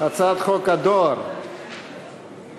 הצעת חוק הדואר (תיקון,